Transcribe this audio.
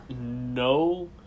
no